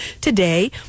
today